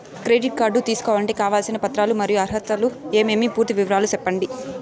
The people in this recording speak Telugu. క్రెడిట్ కార్డు తీసుకోవాలంటే కావాల్సిన పత్రాలు మరియు అర్హతలు ఏమేమి పూర్తి వివరాలు సెప్పండి?